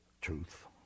truth